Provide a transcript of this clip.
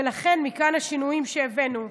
ולכן, מכאן השינויים שהבאנו,